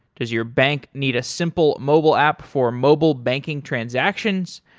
does your bank need a simple mobile app for mobile banking transactions?